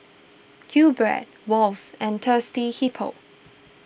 Qbread Wall's and Thirsty Hippo